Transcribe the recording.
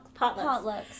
potlucks